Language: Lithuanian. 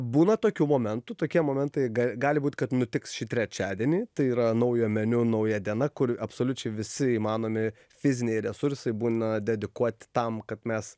būna tokių momentų tokie momentai ga gali būt kad nutiks šį trečiadienį tai yra naujo meniu nauja diena kur absoliučiai visi įmanomi fiziniai resursai būna dedikuoti tam kad mes